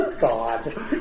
God